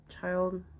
child